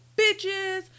bitches